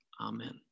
Amen